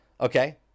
Okay